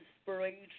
inspiration